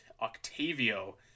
Octavio